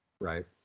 Right